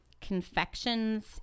Confections